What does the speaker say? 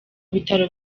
bitaro